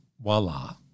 voila